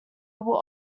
will